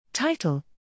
Title